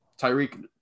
Tyreek